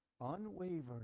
unwavering